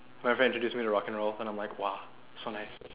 my friend introduce me to rock and roll and I'm like !wah! so nice